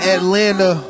Atlanta